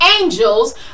angels